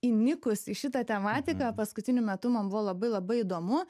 įnikus į šitą tematiką paskutiniu metu man buvo labai labai įdomu